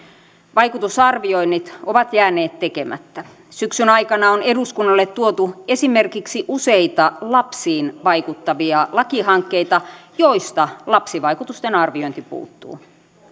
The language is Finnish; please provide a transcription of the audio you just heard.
vaikutusarvioinnit ovat jääneet tekemättä syksyn aikana on eduskunnalle tuotu esimerkiksi useita lapsiin vaikuttavia lakihankkeita joista lapsivaikutusten arviointi puuttuu